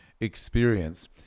experience